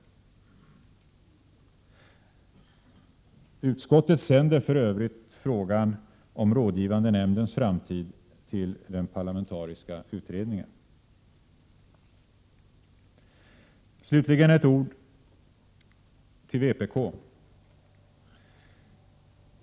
Utskottet hänvisar för övrigt frågan om rådgivande nämndens framtid till den parlamentariska utredningen. Slutligen några ord till vpk.